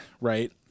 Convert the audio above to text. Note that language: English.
right